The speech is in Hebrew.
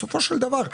בסופו של דבר,